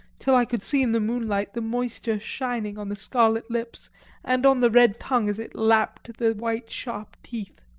till i could see in the moonlight the moisture shining on the scarlet lips and on the red tongue as it lapped the white sharp teeth.